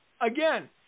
again